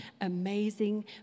amazing